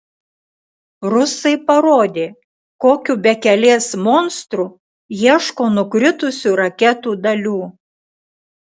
rusai parodė kokiu bekelės monstru ieško nukritusių raketų dalių